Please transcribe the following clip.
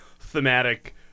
thematic